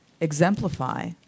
exemplify